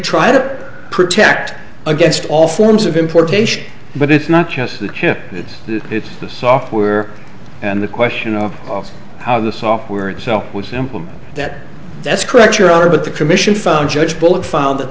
try to protect against all forms of importation but it's not just the chip it's the software and the question of how the software itself was implemented that that's correct your honor but the commission found judge bullet found that